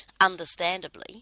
Understandably